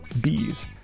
bees